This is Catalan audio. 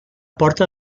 porta